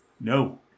No